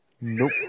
Nope